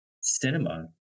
cinema